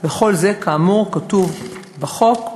וכל זה כאמור כתוב בחוק,